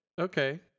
Okay